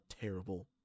terrible